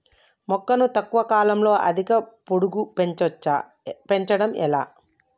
మొక్కను తక్కువ కాలంలో అధిక పొడుగు పెంచవచ్చా పెంచడం ఎలా?